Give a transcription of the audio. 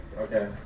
Okay